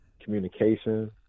communication